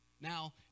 now